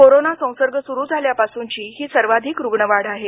corona संसर्ग सुरू झाल्यापासूनची ही सर्वाधिक रुग्णवाढ आहे